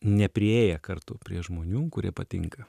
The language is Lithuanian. nepriėję kartų prie žmonių kurie patinka